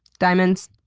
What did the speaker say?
diamonds.